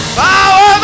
power